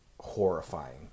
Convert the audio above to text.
horrifying